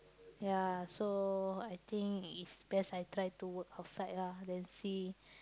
ya so I think it's best I try to work outside ah then see